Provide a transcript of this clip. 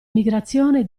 migrazione